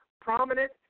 prominent